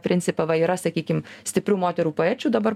principą va yra sakykim stiprių moterų poečių dabar